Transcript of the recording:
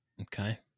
Okay